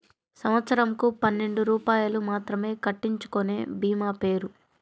సంవత్సరంకు పన్నెండు రూపాయలు మాత్రమే కట్టించుకొనే భీమా పేరు?